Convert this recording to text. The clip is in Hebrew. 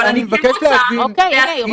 אבל אני כן רוצה להסביר להם --- אבל אני מבקש